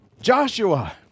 Joshua